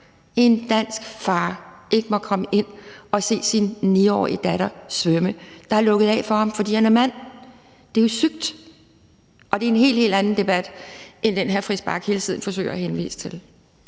en dansk far, ikke må komme ind at se sin 9-årige datter svømme? Der er lukket af for ham, fordi han er mand. Det er jo sygt, og det er en helt, helt anden debat end den, hr. Christian Friis Bach hele tiden forsøger at henvise til.